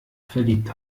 verliebt